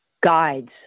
guides